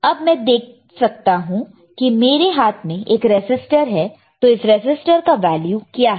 अब मैं देख सकता हूं कि मेरे हाथ में एक रसिस्टर है तो इस रेजिस्टर का वैल्यू क्या है